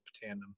tandem